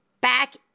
back